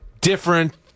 different